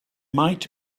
might